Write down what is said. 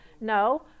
No